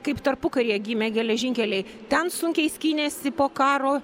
kaip tarpukaryje gimė geležinkeliai ten sunkiai skynėsi po karo